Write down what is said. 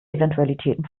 eventualitäten